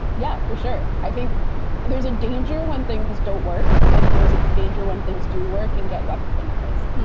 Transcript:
yeah, for sure. i think there's a danger when things don't work and there's a danger when things do work and get weaponized.